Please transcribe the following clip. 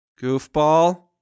Goofball